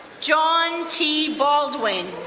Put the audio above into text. john t. baldwin,